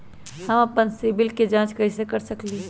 हम अपन सिबिल के जाँच कइसे कर सकली ह?